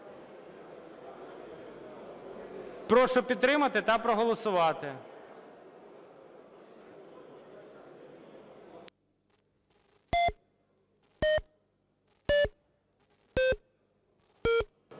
Прошу підтримати та проголосувати.